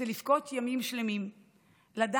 זה לבכות ימים שלמים ולדעת